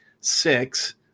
six